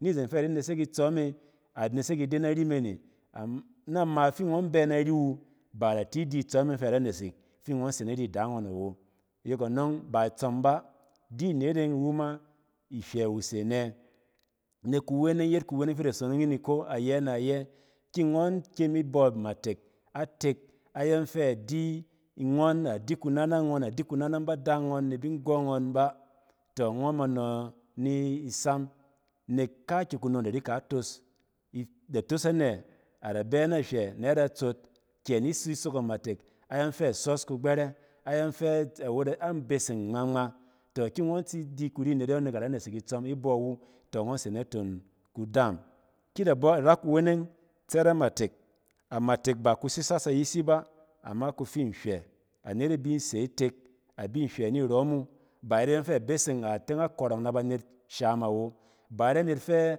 Ni izen fɛ adi nesek itsↄme anesek ide nari me ne. Am-na me fi ngↄn bɛ nari wu ba ida ti idi itsↄm e fɛ ada nesek fi ngↄn se nari ada ngↄn awo. Nek anↄng, ba itsↄm ba, di anet e ↄng iwu ma nhywɛ wu se anɛ? Nek kuweneng, yet kuweneng fi da sonong yin iko ayɛ na ayɛ, ki ngↄn kyem ib amatek atek ayↄng fɛ adi ngↄn, adi kunanang ngↄn, adi kunanang ba da ngↄn ni bi nggↄ ngↄn ba, ngↄn ma nↄ ni sam nek kaakyi kunom da rika itoos. Da toos anɛ? Ada bɛ na hywɛ na da tsot kɛ ni tsi sok amatek ayↄng fa asↄs kugbɛrɛ, ayↄng fɛ awet, an beseng ngma-ngma. Tↄ ki ngↄn tsi di kuri anet ayↄng nek ada nesek itsↄm ibↄiwu, tↄ ngↄ se naton kudaam. Ki da bↄ ra kuweneng, tsɛt a matek, amatek ba kussisas ayisi ba, amma ku fi nhywɛ. Anet e bi ise itek a bin hywɛ ni rↄm wu ba ayet ayↄng fɛ abeseng, a teng a kↄrↄng nabanet shaam awo. Ba ayɛt anet fɛ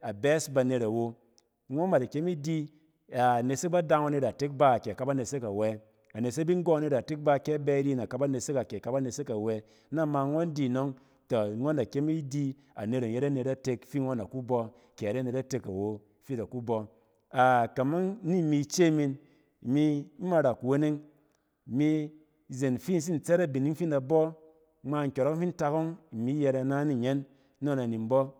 abɛ banet awo, ngↄn, ngↄn ma de kyem idi, a nesek ba da ngↄn iratek ba, kɛ akaba nesek awɛ, a nesek binggↄ ngↄn iratek ba kɛ abɛ nari yin a kaba nesek kɛ akaba nesek awɛ? Na ma ngↄn di nↄng, tↄ ngↄn da kyem idi anet ↄng yet anet atek fi gↄn da ku ba kɛ ayet anet atek awo fi da ku bↄ. Akamang ni mi ice min, imi ima ra kuweneng, mi izen fin tsin tsɛt abining fi in da bↄ, ngma nkyↄrↄk fin tak ↄng, imi yɛrɛ ina ni nyɛn nↄng in da ni nbↄ.